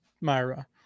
Myra